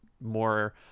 more